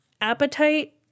appetite